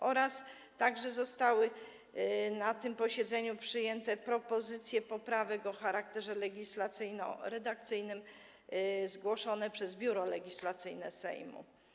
Zostały także na tym posiedzeniu przyjęte propozycje poprawek o charakterze legislacyjno-redakcyjnym zgłoszone przez Biuro Legislacyjne Sejmu.